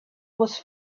was